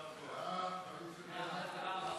ההצעה להעביר את הנושא לוועדת הכספים נתקבלה.